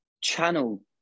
channel